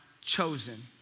chosen